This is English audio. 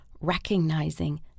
recognizing